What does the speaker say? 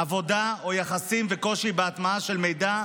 עבודה או יחסים וקושי בהטמעה של מידע,